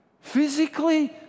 physically